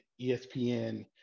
ESPN